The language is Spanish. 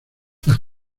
las